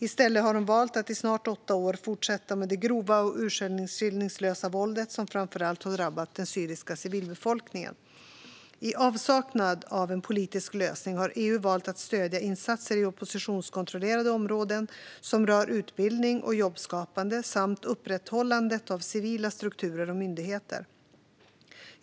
I stället har de valt att i snart åtta år fortsätta med det grova och urskillningslösa våldet, som framför allt har drabbat den syriska civilbefolkningen. I avsaknad av en politisk lösning har EU valt att stödja insatser i oppositionskontrollerade områden som rör utbildning och jobbskapande samt upprätthållandet av civila strukturer och myndigheter.